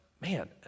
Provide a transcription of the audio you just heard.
Man